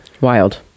Wild